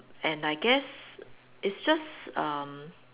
and I guess it's just um